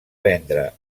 vendre